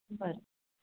बरं